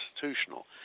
constitutional